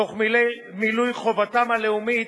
תוך מילוי חובתם הלאומית,